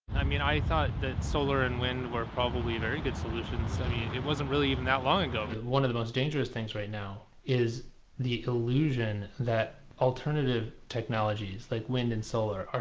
i mean, i thought that solar and wind were probably very good solutions. it wasn't really even that long ago. one of the most dangerous things right now is the illusion that alternative technologies, like wind and solar,